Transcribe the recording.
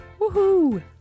Woohoo